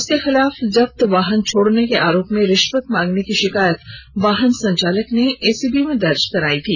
उसके खिलाफ जब्त वाहन छोड़ने के आरोप में रिश्वत मांगने की शिकायत वाहन संचालक ने एसीबी में दर्ज कराई थी